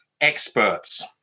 experts